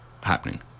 happening